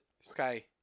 Sky